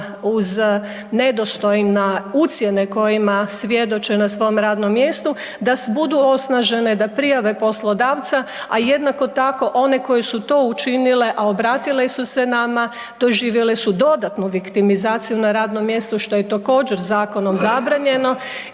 uz nedostojne ucjene kojima svjedoče na svome radnom mjestu da budu osnažene, da prijave poslodavca, a jednako tako one koje su to učinile, a obratile su se nama doživjele su dodatnu viktimizaciju na radnom mjestu što je također zakonom zabranjeno.